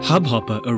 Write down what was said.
Hubhopper